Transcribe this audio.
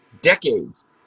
decades